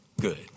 good